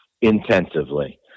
intensively